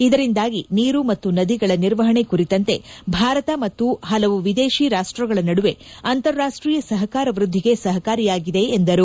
ಇದರಿಂದಾಗಿ ನೀರು ಮತ್ತು ನದಿಗಳ ನಿರ್ವಹಣೆ ಕುರಿತಂತೆ ಭಾರತ ಮತ್ತು ಹಲವು ವಿದೇಶಿ ರಾಷ್ಟ್ರಗಳ ನದುವೆ ಅಂತಾರಾಷ್ಟೀಯ ಸಹಕಾರ ವೃದ್ದಿಗೆ ಸಹಕಾರಿಯಾಗಿದೆ ಎಂದರು